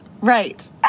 Right